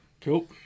Cool